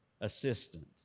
assistant